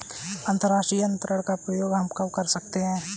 अंतर्राष्ट्रीय अंतरण का प्रयोग हम कब कर सकते हैं?